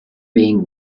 being